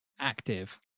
active